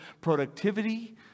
productivity